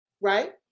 right